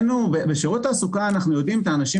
בשירות התעסוקה אנחנו יודעים את האנשים